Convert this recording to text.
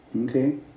Okay